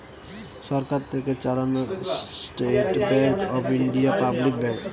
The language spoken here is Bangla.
সরকার থেকে চালানো state bank of India public bank